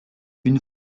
une